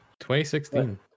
2016